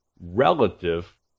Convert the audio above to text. relative